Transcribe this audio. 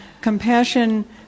compassion